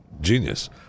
genius